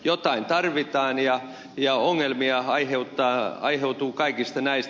jotain tarvitaan ja ongelmia aiheutuu kaikista näistä